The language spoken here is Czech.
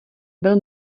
byl